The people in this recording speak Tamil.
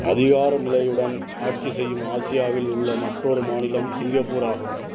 அதிகார நிலையுடன் ஆட்சி செய்யும் ஆசியாவில் உள்ள மற்றொரு மாநிலம் சிங்கப்பூர் ஆகும்